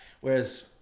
whereas